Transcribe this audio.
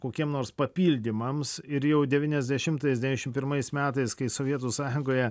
kokiem nors papildymams ir jau devyniasdešimtais devyniasdešimt pirmais metais kai sovietų sąjungoje